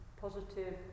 positive